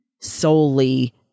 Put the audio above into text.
solely